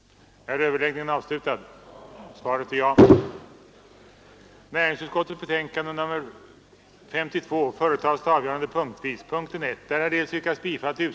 Det måste för sysselsättningen vara bättre att transportera förädlade produkter från området än oförädlade råvaror.